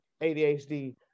adhd